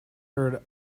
heard